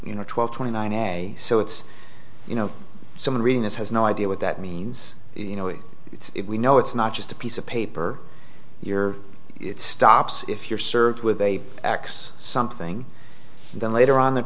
you know twelve twenty nine a so it's you know someone reading this has no idea what that means you know it's we know it's not just a piece of paper you're it stops if you're served with a x something and then later on th